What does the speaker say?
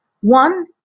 one